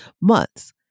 months